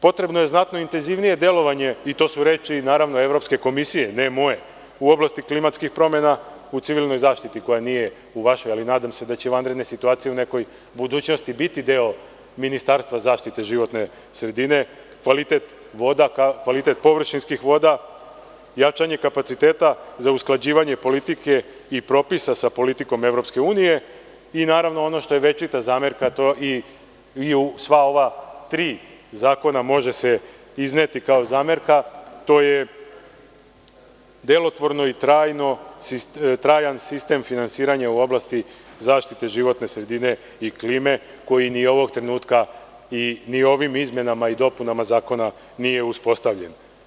Potrebno je znatno intenzivnije delovanje, to su reči Evropske komisije, ne moje, u oblasti klimatskih promena, u civilnoj zaštiti koja nije u vašoj, ali nadam se da će vanredne situacije u nekoj budućnosti biti deo Ministarstva zaštite životne sredine, kvalitet voda, kvalitet površinskih voda, jačanje kapaciteta za usklađivanje politike i propisa sa politikom EU i naravno, ono što je večita zamerka i u sva ova tri zakona može se izneti kao zamerka, to je delotvoran i trajan sistem finansiranja u oblasti zaštite životne sredine i klime, koji ni ovog trenutka, ni ovim izmenama i dopunama zakona nije uspostavljen.